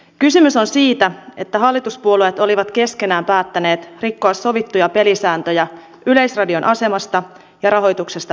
kysymys on siitä että hallituspuolueet olivat keskenään päättäneet rikkoa sovittuja pelisääntöjä yleisradion asemasta ja rahoituksesta päättämisestä